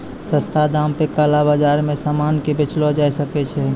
सस्ता दाम पे काला बाजार मे सामान के बेचलो जाय सकै छै